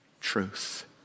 truth